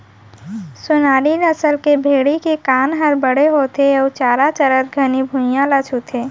सोनारी नसल के भेड़ी के कान हर बड़े होथे अउ चारा चरत घनी भुइयां ल छूथे